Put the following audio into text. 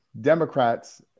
Democrats